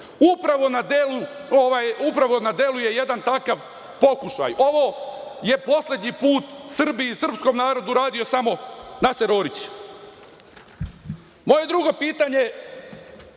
Upravo na delu je jedan takav pokušaj. Ovo je poslednji put Srbiji i srpskom narodu radio samo Naser Orić. Moje drugo pitanje,